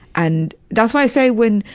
and, that's why i say when,